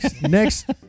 Next